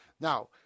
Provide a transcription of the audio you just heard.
Now